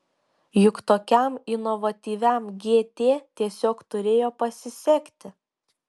juk tokiam inovatyviam gt tiesiog turėjo pasisekti